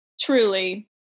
Truly